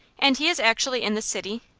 and he is actually in this city?